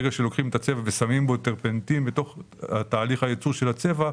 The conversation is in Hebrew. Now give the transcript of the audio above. ברגע שלוקחים את הצבע ושמים בו טרפנטין בתוך תהליך הייצור של הצבע,